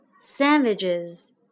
sandwiches